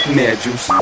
médios